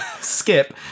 Skip